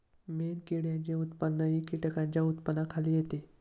मेणकिड्यांचे उत्पादनही कीटकांच्या उत्पादनाखाली येते